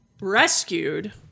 rescued